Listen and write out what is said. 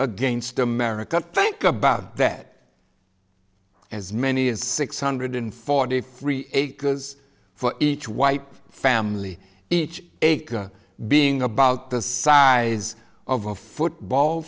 against america think about that as many as six hundred forty three acres for each white family each acre being about the size of a football